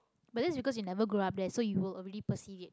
but that's because you never grow up there so you will already perceive it